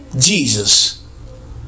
Jesus